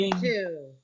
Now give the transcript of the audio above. Two